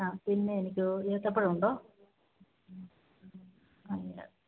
ആ പിന്നെ എനിക്കു ഏത്തപ്പഴം ഉണ്ടോ അതൊരു